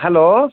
hello